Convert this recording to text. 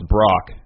Brock